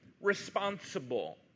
responsible